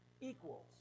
Equals